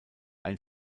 ein